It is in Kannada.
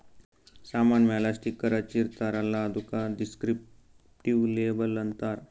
ಸಾಮಾನ್ ಮ್ಯಾಲ ಸ್ಟಿಕ್ಕರ್ ಹಚ್ಚಿರ್ತಾರ್ ಅಲ್ಲ ಅದ್ದುಕ ದಿಸ್ಕ್ರಿಪ್ಟಿವ್ ಲೇಬಲ್ ಅಂತಾರ್